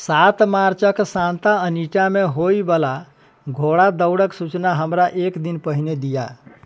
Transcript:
सात मार्चक सांता अनिटामे होएवला घोड़ा दौड़क सुचना हमरा एक दिन पहिने दिअऽ